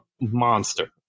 monster